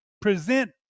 present